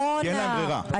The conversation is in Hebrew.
אלא כי אין להם ברירה.